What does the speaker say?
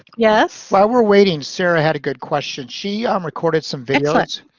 yes. while we're waiting, sarah had a good question. she, um, recorded some videos, um,